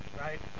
right